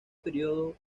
período